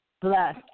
Bless